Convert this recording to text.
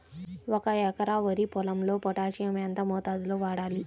ఒక ఎకరా వరి పొలంలో పోటాషియం ఎంత మోతాదులో వాడాలి?